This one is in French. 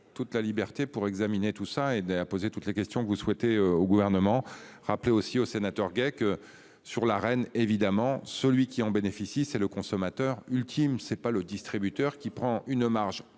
la toute la toute la liberté pour examiner tout ça et de la poser toutes les questions que vous souhaitez au gouvernement rappeler aussi aux sénateurs GEC. Sur la reine évidemment celui qui en bénéficie, c'est le consommateur. Ultime c'est pas le distributeur qui prend une marge